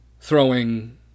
throwing